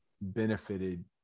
benefited